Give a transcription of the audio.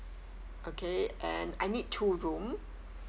okay and I need two room